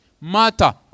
matter